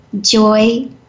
joy